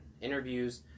interviews